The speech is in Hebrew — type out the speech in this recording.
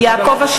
(קוראת בשמות חברי הכנסת) יעקב אשר,